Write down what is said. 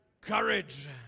Courage